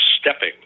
stepping